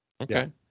Okay